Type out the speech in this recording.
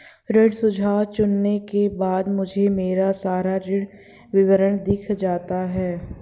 ऋण सुझाव चुनने के बाद मुझे मेरा सारा ऋण विवरण दिख जाता है